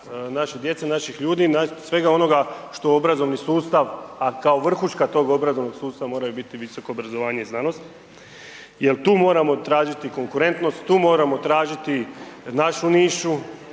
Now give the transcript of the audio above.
naše djece, naših ljudi i svega onoga što obrazovni sustav, a kao vrhuška tog obrazovnog sustava moraju biti obrazovanje i znanost jer tu moramo tražiti konkurentnost, tu moramo tražiti našu nišu,